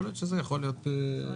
יכול להיות שזה יכול להיות וכולי.